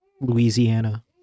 Louisiana